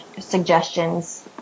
suggestions